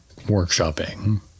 workshopping